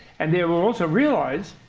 and they will also realize,